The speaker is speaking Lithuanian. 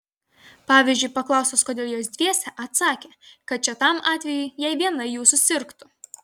pavyzdžiui paklaustos kodėl jos dviese atsakė kad čia tam atvejui jei viena jų susirgtų